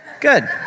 Good